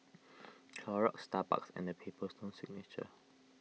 Clorox Starbucks and the Paper Stone Signature